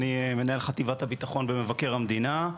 אני מנהל חטיבת הביטחון במבקר המדינה.